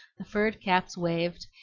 the furred caps waved,